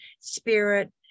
spirit